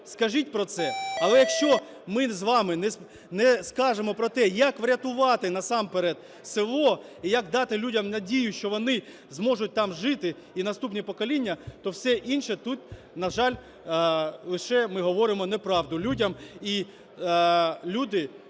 скажіть про це. Але, якщо ми з вами не скажемо про те, як врятувати насамперед село і як дати людям надію на те, що вони зможуть там жити і наступні покоління, то все інше тут, на жаль, лише ми говоримо неправду людям.